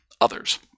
others